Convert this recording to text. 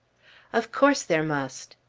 of course there must.